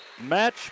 Match